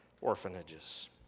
orphanages